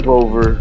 over